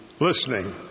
listening